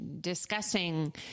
discussing